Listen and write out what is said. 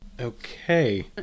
Okay